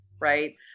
right